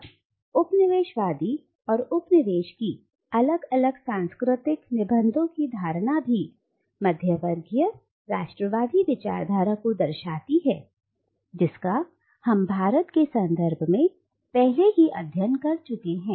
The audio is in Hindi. अब उपनिवेशवादी और उपनिवेश की अलग अलग सांस्कृतिक निबंधों की धारणा भी मध्यवर्गीय राष्ट्रवादी विचारधारा को दर्शाती है जिसका हम भारत के संदर्भ में पहले ही अध्ययन कर चुके हैं